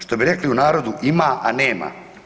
Što bi rekli u narodu, ima a nema.